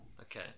Okay